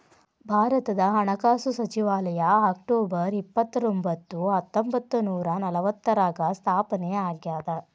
ಭಾರತದ ಹಣಕಾಸು ಸಚಿವಾಲಯ ಅಕ್ಟೊಬರ್ ಇಪ್ಪತ್ತರೊಂಬತ್ತು ಹತ್ತೊಂಬತ್ತ ನೂರ ನಲವತ್ತಾರ್ರಾಗ ಸ್ಥಾಪನೆ ಆಗ್ಯಾದ